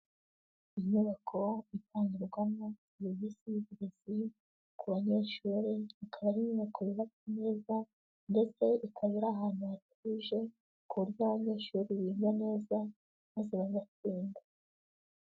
Inyubako itangirwamo serivisi y'uburezi ku banyeshuri, ikaba ari inyubako yubatse neza, ndetse ikaba iri ahantu hatuje ku buryo abanyeshuri biga neza maze bagatsinda.